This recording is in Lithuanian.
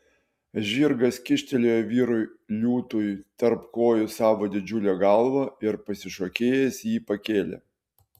žirgas kyštelėjo vyrui liūtui tarp kojų savo didžiulę galvą ir pasišokėjęs jį pakėlė